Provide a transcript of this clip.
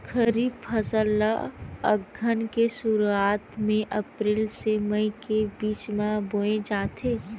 खरीफ फसल ला अघ्घन के शुरुआत में, अप्रेल से मई के बिच में बोए जाथे